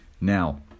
Now